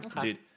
dude